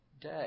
day